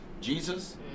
Jesus